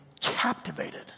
captivated